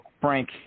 Frank